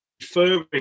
referring